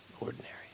Ordinary